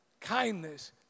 Kindness